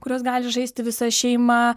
kuriuos gali žaisti visa šeima